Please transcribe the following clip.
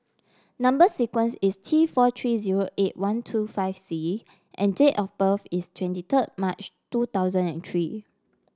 number sequence is T four three zero eight one two five C and date of birth is twenty third March two thousand and three